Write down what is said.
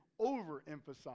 overemphasize